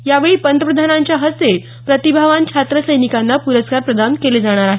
यावेळी पंतप्रधानांच्या हस्ते प्रतिभावान छात्रसैनिकांना पुरस्कार प्रदान केले जाणार आहेत